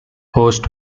host